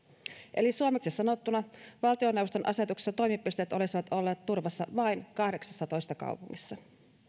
eli suomeksi sanottuna valtioneuvoston asetuksessa toimipisteet olisivat olleet turvassa vain kahdeksassatoista kaupungissa